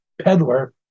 peddler